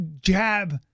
jab